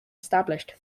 established